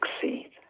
succeed